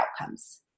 outcomes